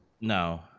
No